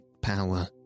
power